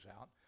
out